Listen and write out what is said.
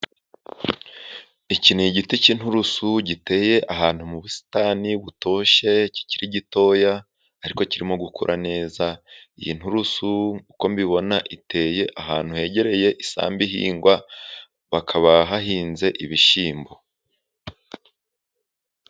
Iki ni igiti cy'inturusu giteye ahantu mu busitani butoshye, kikiri gitoya ariko kirimo gukura neza . Iyi nturusu uko mbibona, iteye ahantu hegereye isambu ihingwa, hakaba hahinze ibishyimbo.